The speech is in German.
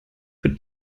für